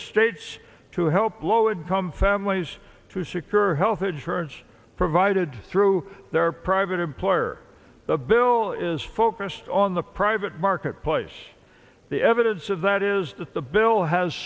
states to help low income families to secure health insurance provided through their private employer the bill is focused on the private marketplace the evidence of that is that the bill has